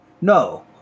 No